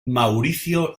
mauricio